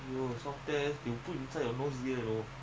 ah M_C